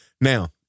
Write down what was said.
now